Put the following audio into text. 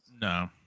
No